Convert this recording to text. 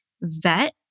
vet